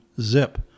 ZIP